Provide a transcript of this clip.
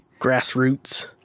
Grassroots